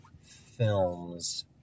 films